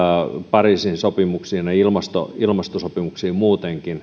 pariisin sopimukseen ja ilmastosopimuksiin muutenkin